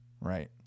right